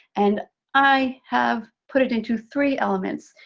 and i have put it into three elements.